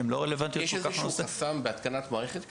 שהן לא כל כך רלוונטיות לנושא.